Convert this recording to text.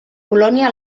colònia